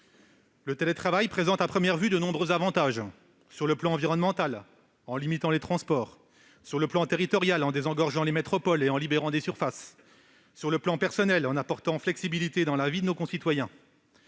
Le télétravail présente, à première vue, de nombreux avantages : sur le plan environnemental, en limitant les transports ; sur le plan territorial, en désengorgeant les métropoles et en libérant des surfaces ; sur le plan personnel, en apportant flexibilité dans la vie de nos concitoyens.